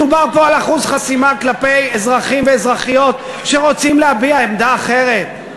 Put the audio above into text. מדובר פה על אחוז חסימה כלפי אזרחים ואזרחיות שרוצים להביע עמדה אחרת.